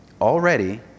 already